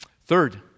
Third